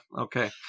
okay